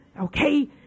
Okay